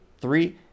Three